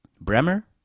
Bremer